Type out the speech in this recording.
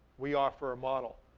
we offer a model.